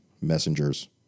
messengers